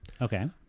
Okay